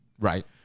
Right